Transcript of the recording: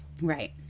Right